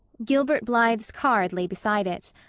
gilbert blythe's card lay beside it.